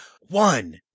one